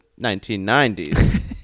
1990s